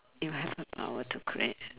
if I had the power to